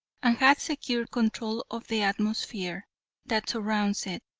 and had secured control of the atmosphere that surrounds it.